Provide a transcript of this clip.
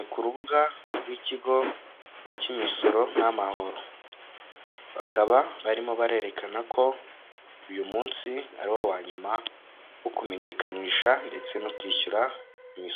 Aba rero urabona ko bambaye amakarita ndetse n'imyenda, bisa n'aho hari inama bari bitabiriye yiga ku bibazo runaka biba byugarije abaturage